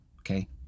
Okay